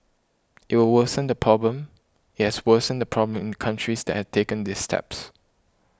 it will worsen the problem it has worsened the problem in the countries that has taken these steps